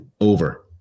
over